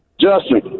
Justin